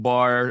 Bar